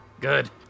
Good